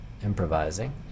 improvising